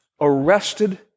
arrested